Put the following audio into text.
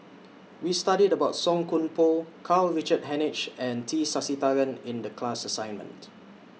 We studied about Song Koon Poh Karl Richard Hanitsch and T Sasitharan in The class assignment